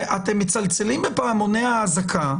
אתם מצלצלים בפעמוני האזעקה